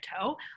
toe